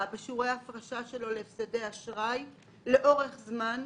בשיעורי ההפרשה שלו על הפסדי אשראי לאורך זמן,